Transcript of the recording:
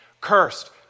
cursed